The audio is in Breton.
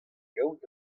gaout